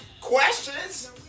Questions